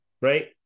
right